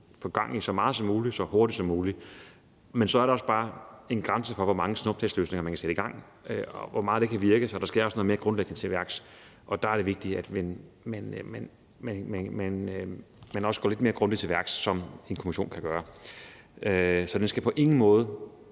få gang i så meget så muligt så hurtigt som muligt. Men så er der også bare en grænse for, hvor mange snuptagsløsninger man kan sætte i gang, og hvor meget det kan virke. Så der skal også sættes noget mere grundlæggende i værk, og der er det vigtigt, at man også går lidt mere grundigt til værks, hvilket en kommission kan gøre. Så den skal på ingen måde